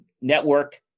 Network